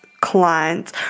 clients